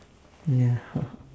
ya